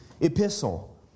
epistle